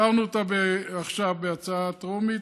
אישרנו אותה עכשיו בהצעה טרומית,